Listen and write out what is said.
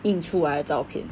印出来照片